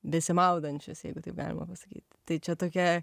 besimaudančius jeigu taip galima pasakyt tai čia tokia